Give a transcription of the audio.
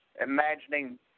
imagining